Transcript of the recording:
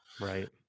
Right